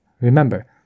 Remember